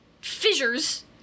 fissures